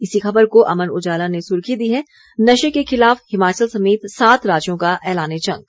इसी खबर को अमर उजाला ने सुर्खी दी है नशे के खिलाफ हिमाचल समेत सात राज्यों का एलान ए जंग